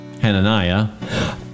Hananiah